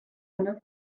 tynnodd